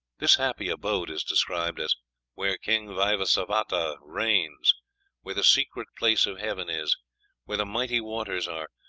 this happy abode is described as where king vaivasvata reigns where the secret place of heaven is where the mighty waters are.